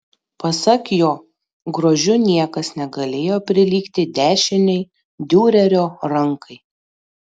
pasak jo grožiu niekas negalėjo prilygti dešinei diurerio rankai